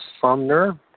Sumner